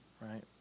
right